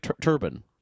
Turban